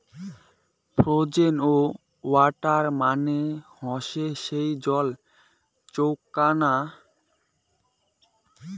frozen water মানে হসে যেই জল চৌকুনা হই বরফ হই